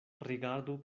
rigardu